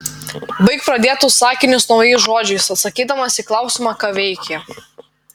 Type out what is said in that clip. baik pradėtus sakinius naujais žodžiais atsakydamas į klausimą ką veikė